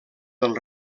del